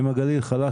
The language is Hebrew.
שאם הגליל חלש,